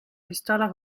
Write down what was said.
pistola